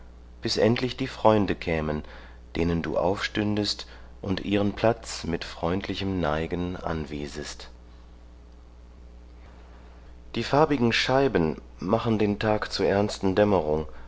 bis endlich die freunde kämen denen du aufstündest und ihren platz mit freundlichem neigen anwiesest die farbigen scheiben machen den tag zur ernsten dämmerung